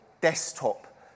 desktop